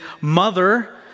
mother